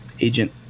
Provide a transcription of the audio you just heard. agent